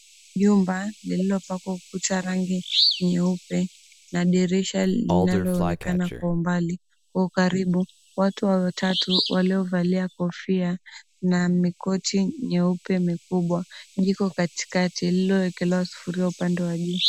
Jumba lililopakwa ukuta rangi nyeupe na dirisha linaloonekana kwa umbali. Kwa ukaribu watu watatu waliovalia kofia na mikoti nyeupe mikubwa. Jiko katikati, lililowekelewa sufuria upande wa juu.